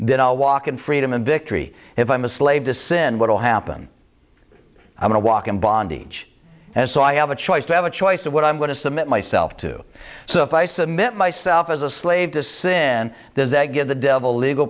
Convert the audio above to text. then i'll walk in freedom and victory if i'm a slave to sin what'll happen i'm going to walk in bondage and so i have a choice to have a choice of what i'm going to submit myself to so if i submit myself as a slave to sin does that give the devil legal